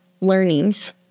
learnings